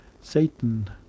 Satan